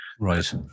Right